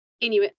inuit